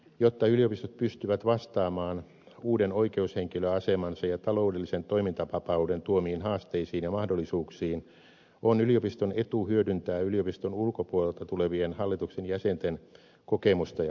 jotta yliopistot pystyvät vastaamaan uuden oikeushenkilöasemansa ja taloudellisen toimintavapauden tuomiin haasteisiin ja mahdollisuuksiin on yliopiston etu hyödyntää yliopiston ulkopuolelta tulevien hallituksen jäsenten kokemusta ja osaamista